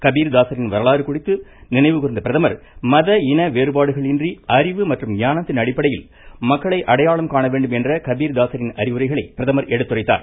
கபீர்தாசரின் வரலாறு குறித்து நினைவு கூர்ந்த பிரதமர் மத இன வேறுபாடுகள் இன்றி அறிவு மற்றும் ஞானத்தின் அடிப்படையில் மக்களை அடையாளம் காண வேண்டும் என்ற கபீர்தாசரின் அறிவுரைகளை பிரதமர் எடுத்துரைத்தார்